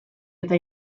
eta